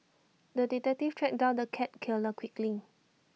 the detective tracked down the cat killer quickly